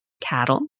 cattle